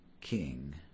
king